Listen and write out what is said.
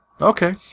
Okay